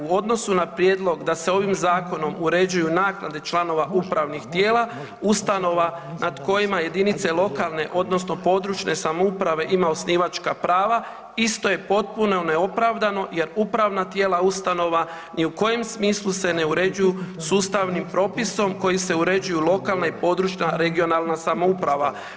U odnosu na prijedlog da se ovim zakonom uređuju naknade članova upravnih tijela, ustanova nad kojima jedinice lokalne odnosno područne samouprave ima osnivačka prava isto je potpuno neopravdano jer upravna tijela ustanova ni u kojem smislu se ne uređuju sa ustavnim propisom koji se uređuju lokalna i područna (regionalna) samouprava.